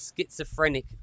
schizophrenic